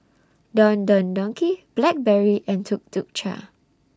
Don Don Donki Blackberry and Tuk Tuk Cha